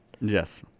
Yes